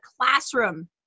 classroom